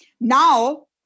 Now